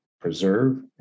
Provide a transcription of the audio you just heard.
preserve